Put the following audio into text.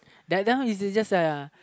that that one is just a